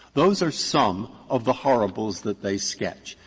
those are some of the horribles that they sketch.